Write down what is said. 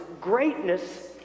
Greatness